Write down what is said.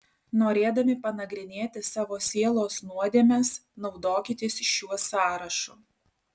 norėdami panagrinėti savo sielos nuodėmes naudokitės šiuo sąrašu